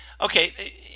Okay